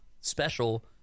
special